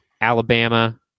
Alabama